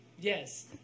Yes